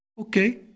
okay